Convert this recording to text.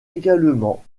également